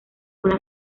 una